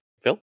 Phil